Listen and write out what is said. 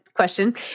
question